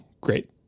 great